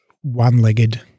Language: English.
one-legged